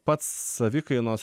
pats savikainos